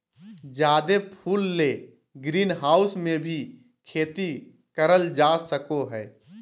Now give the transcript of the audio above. जादे फूल ले ग्रीनहाऊस मे भी खेती करल जा सको हय